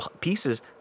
pieces